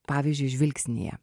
pavyzdžiui žvilgsnyje